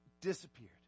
disappeared